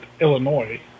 Illinois